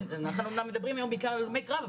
אנחנו אמנם מדברים בעיקר על הלומי קרב,